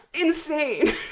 Insane